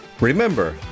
Remember